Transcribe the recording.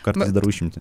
kartais darau išimtį